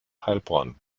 heilbronn